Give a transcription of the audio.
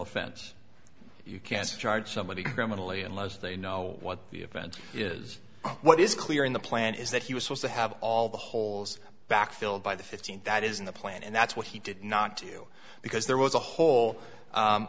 offense you can't charge somebody criminally unless they know what the event is what is clear in the plan is that he was supposed to have all the holes back filled by the fifteenth that is in the plan and that's what he did not do because there was a hole